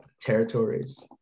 territories